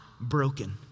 broken